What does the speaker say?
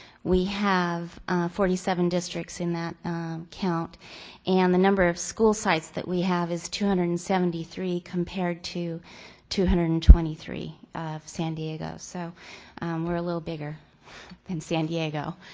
we have forty seven districts in that count and the number of school sites that we have is two hundred and seventy three compared to two hundred and twenty three for san diego. so we're a little bigger than san diego.